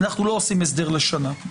אנחנו לא עושים הסדר לשנה.